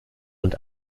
und